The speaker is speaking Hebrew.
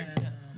כן.